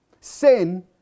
Sin